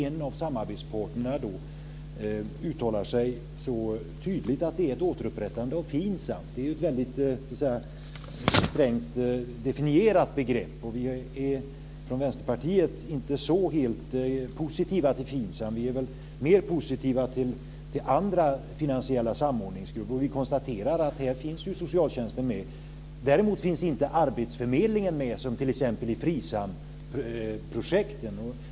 En av samarbetspartnerna uttalar sig tydligt att det handlar om ett återupprättande av FINSAM. Det är ett klart definierat begrepp. Vi från Vänsterpartiet är inte så positiva till FINSAM. Vi är mer positiva till andra finansiella samordningsgrupper. Vi har konstaterat att socialtjänsten finns med. Däremot finns inte arbetsförmedlingen med som i t.ex. FRISAM-projekten.